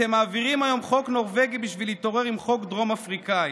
אתם מעבירים היום חוק נורבגי בשביל להתעורר עם חוק דרום אפריקאי,